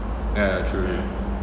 ya true